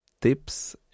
tips